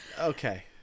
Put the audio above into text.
Okay